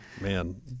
man